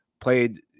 played